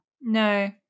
No